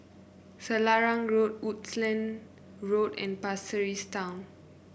Selarang Road Woodlands Road and Pasir Ris Town